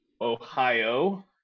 Ohio